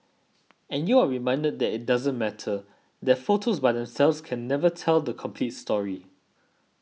and you are reminded that it doesn't matter that photos by themselves can never tell the complete story